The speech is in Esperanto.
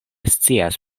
scias